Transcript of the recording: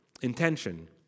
intention